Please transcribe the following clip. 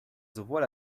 sowohl